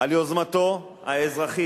על יוזמתו האזרחית,